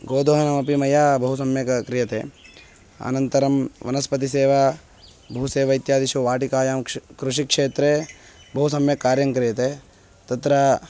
गोदोहनमपि मया बहु सम्यक् क्रियते अनन्तरं वनस्पतिसेवा भूसेवा इत्यादिषु वाटिकायां कृषिक्षेत्रे बहु सम्यक् कार्यं क्रियते तत्र